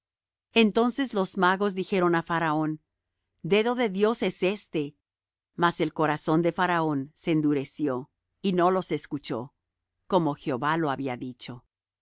entonces los magos dijeron á faraón dedo de dios es este mas el corazón de faraón se endureció y no los escuchó como jehová lo había dicho